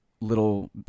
little